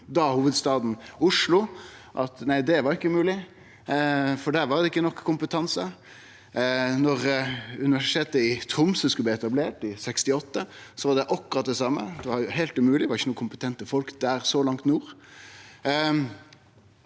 frå hovudstaden Oslo at det ikkje var mogleg, for der var det ikkje nok kompetanse. Då Universitetet i Tromsø skulle bli etablert, i 1968, var det akkurat det same. Det var heilt umogleg, det var ikkje nokon kompetente folk der, så langt nord.